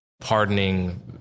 pardoning